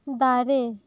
ᱫᱟᱨᱮ